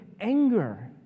anger